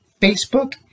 facebook